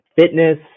fitness